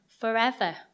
forever